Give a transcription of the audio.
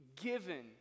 given